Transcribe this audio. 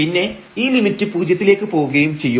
പിന്നെ ഈ ലിമിറ്റ് പൂജ്യത്തിലേക്ക് പോവുകയും ചെയ്യും